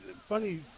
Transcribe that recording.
Funny